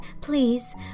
please